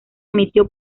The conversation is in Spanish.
emitió